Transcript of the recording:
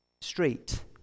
street